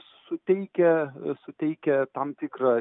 suteikia suteikia tam tikrą